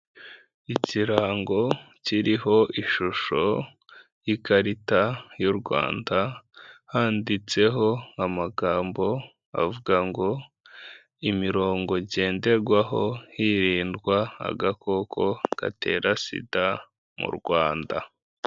Ikirango kiriho ishusho y'ikarita y'u Rwanda handitseho amagambo avuga ngo imirongo ngenderwaho hirindwa agakoko gatera sida mu Rwanda.